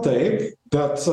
taip bet